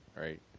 Right